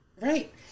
Right